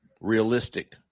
Realistic